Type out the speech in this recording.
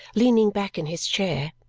leaning back in his chair.